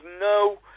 no